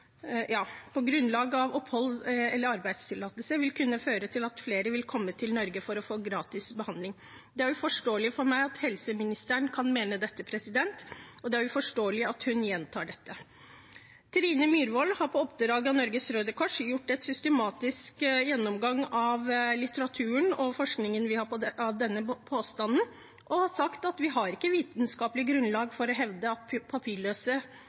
grunnlag av oppholds- og/eller arbeidstillatelse, vil kunne føre til at flere vil komme til Norge for å få gratis behandling.» Det er uforståelig for meg at helseministeren kan mene dette, og det er uforståelig at hun gjentar dette. Trine Myhrvold har på oppdrag av Norges Røde Kors gjort en systematisk gjennomgang av litteraturen og forskningen vi har om denne påstanden, og har sagt at vi har ikke vitenskapelig grunnlag for å hevde at papirløse